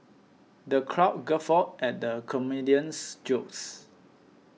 the crowd guffawed at the comedian's jokes